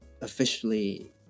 officially